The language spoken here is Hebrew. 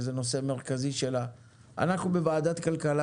שזה נושא מרכזי שלה - אנחנו בוועדת הכלכלה